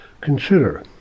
Consider